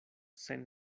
sen